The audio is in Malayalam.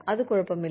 അത് കുഴപ്പമില്ല